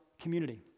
community